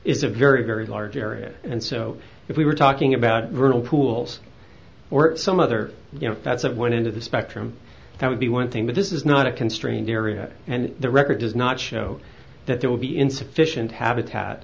is a very very large area and so if we were talking about vernal pools or some other you know that's one end of the spectrum that would be one thing but this is not a constrained area and the record does not show that there will be insufficient habitat